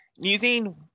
using